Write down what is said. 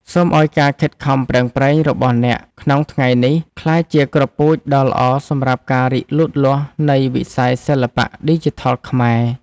សូមឱ្យការខិតខំប្រឹងប្រែងរបស់អ្នកក្នុងថ្ងៃនេះក្លាយជាគ្រាប់ពូជដ៏ល្អសម្រាប់ការរីកលូតលាស់នៃវិស័យសិល្បៈឌីជីថលខ្មែរ។